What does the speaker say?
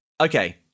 Okay